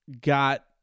got